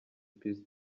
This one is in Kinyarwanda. peace